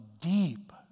deep